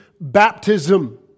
baptism